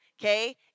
Okay